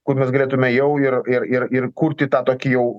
kur mes galėtume jau ir ir ir ir kurti tą tokį jau